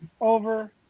over